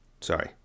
sorry